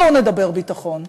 בואו נדבר ביטחון.